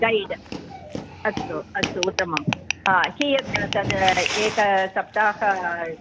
guide अस्तु अस्तु उत्तमं कियत् तद् एकसप्ताहः